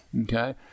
okay